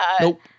nope